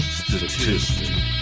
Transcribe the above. statistic